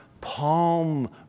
palm